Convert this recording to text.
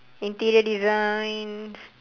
interior designs